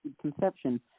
conception